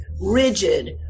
rigid